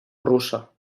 russa